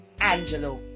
Angelo